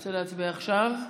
ורוצה להצביע עכשיו?